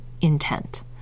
intent